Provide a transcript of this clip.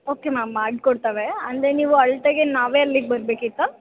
okay ma'am ಮಾಡ್ಕೊಡ್ತೇವೆ ಅಂದರೆ ನೀವು ಅಳತೆಗೆ ನಾವೇ ಅಲ್ಲಿಗೆ ಬರಬೇಕಿತ್ತಾ